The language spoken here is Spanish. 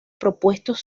propuestos